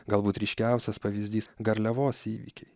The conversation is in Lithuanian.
galbūt ryškiausias pavyzdys garliavos įvykiai